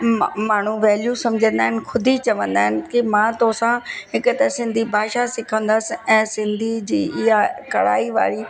मा माण्हू वैल्यू सम्झंदा आहिनि ख़ुदि ई चवंदा आहिनि की मां तोसां हिकु त सिंधी भाषा सिखंदसि ऐं सिंधी जी इहा कढ़ाई वारी